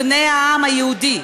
בני העם היהודי,